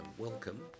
Welcome